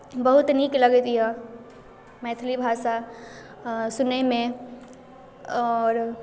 बहुत नीक लगैत यए मैथिली भाषा सुनैमे आओर